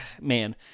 Man